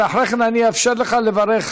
ואחרי כן אאפשר לך לברך,